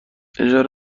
اجازه